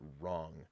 wrong